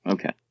Okay